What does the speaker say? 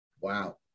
Wow